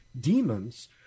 demons